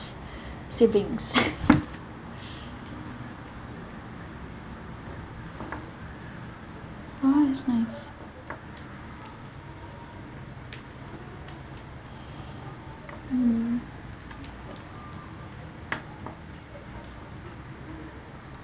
siblings oh that's nice mm